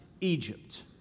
Egypt